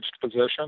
position